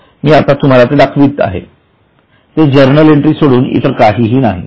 मी आत्ता तुम्हाला जे दाखवित आहे ते जर्नल एंट्री सोडून इतर काहीही नाही